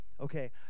Okay